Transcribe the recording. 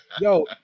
Yo